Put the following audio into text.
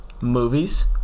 movies